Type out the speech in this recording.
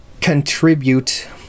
contribute